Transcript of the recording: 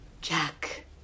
Jack